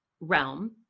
realm